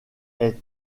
est